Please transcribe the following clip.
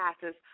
passes